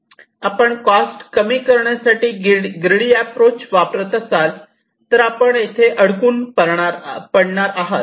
आपण कॉस्ट कमी करण्यासाठी ग्रीडी अॅप्रोच वापरत असाल तर आपण येथे अडकून पडणार आहात